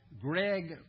Greg